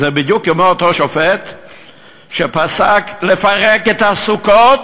זה בדיוק כמו אותו שופט שפסק לפרק את הסוכות,